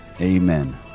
Amen